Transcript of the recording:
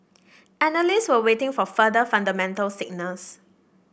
analysts were waiting for further fundamental signals